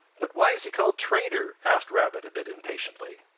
but why is he called trader? asked rabbit a bit impatiently.